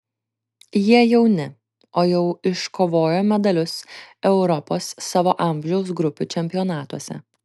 jie jauni o jau iškovojo medalius europos savo amžiaus grupių čempionatuose